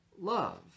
love